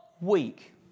week